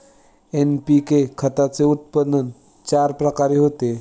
NPK खताचे उत्पन्न चार प्रकारे होते